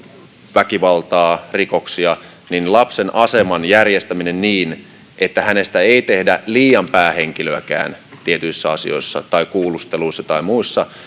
väkivaltaa rikoksia niin tämä on aina herkkä kysymys lapsen aseman järjestäminen niin että hänestä ei tehdä liian päähenkilöäkään tietyissä asioissa kuulusteluissa tai muissa